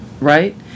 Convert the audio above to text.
right